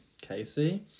Casey